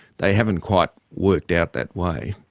they haven't quite worked out that way,